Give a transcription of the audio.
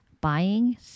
buying